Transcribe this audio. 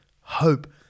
hope